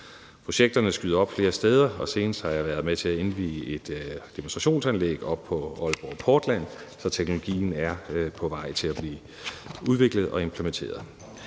Projekterne skyder op flere steder, og senest har jeg været med til at indvie et demonstrationsanlæg oppe på Aalborg Portland. Så teknologien er på vej til at blive udviklet og implementeret.